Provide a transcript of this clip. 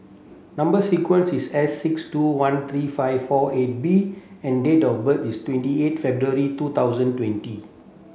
number sequence is S six two one three five four eight B and date of birth is twenty eight February two thousand twenty